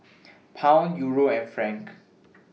Pound Euro and Franc